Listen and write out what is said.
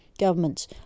governments